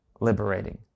liberating